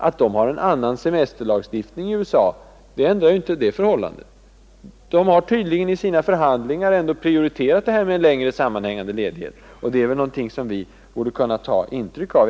Att man har en annan semesterlagstiftning i USA ändrar inte det förhållandet. Man har där tydligen i sina förhandlingar prioriterat denna fråga om längre sammanhängande ledighet, och det är väl någonting som vi borde kunna ta intryck av.